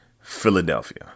Philadelphia